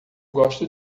gosto